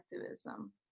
activism